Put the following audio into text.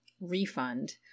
refund